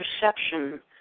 perception